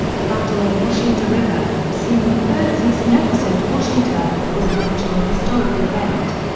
the battle of washita river, seen in the third season episode washita, was an actual historical event.